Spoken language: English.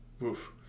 woof